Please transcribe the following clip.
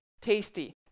tasty